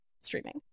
streaming